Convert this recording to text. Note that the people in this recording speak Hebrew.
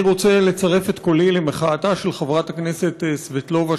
אני רוצה לצרף את קולי למחאתה של חברת הכנסת סבטלובה,